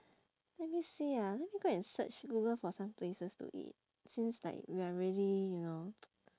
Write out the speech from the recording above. let me see ah let me go and search google for some places to eat since like we are really you know